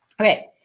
Okay